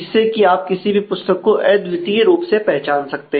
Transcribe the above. इससे कि आप किसी भी पुस्तक को अद्वितीय रूप से पहचान सकते हैं